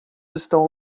estão